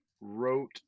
wrote